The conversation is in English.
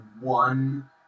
one